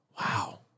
wow